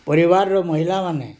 ପରିବାରର ମହିଳାମାନେ